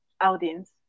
audience